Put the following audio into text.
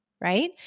right